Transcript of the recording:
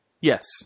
Yes